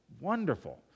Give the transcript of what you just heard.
wonderful